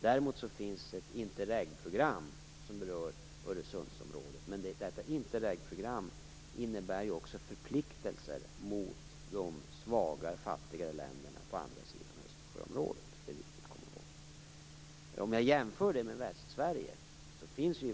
Däremot finns ett Interregprogram som rör Öresundsområdet. Men det innebär också förpliktelser mot de svagare, fattigare länderna på andra sidan Östersjön. Det är viktigt att komma ihåg.